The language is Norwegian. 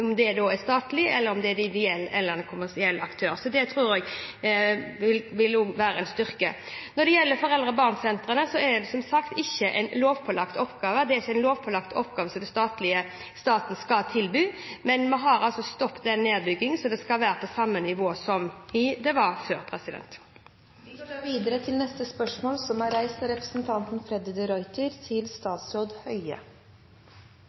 om det er en statlig, ideell eller kommersiell aktør. Så det tror jeg også vil være en styrke. Når det gjelder foreldre og barn-sentrene, så er det som sagt ikke en lovpålagt oppgave. Det er ikke en lovpålagt oppgave som staten skal tilby, men vi har altså stoppet en nedbygging, så det skal være på samme nivå som det var før. «Helse- og omsorgstjenesteloven åpner for bruk av tvang og makt overfor mennesker med utviklingshemning. Bestemmelsen kom inn i lovverket i 1999 og hadde bl.a. som siktemål å unngå bruk av